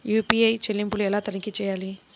UPI చెల్లింపులు ఎలా తనిఖీ చేయాలి?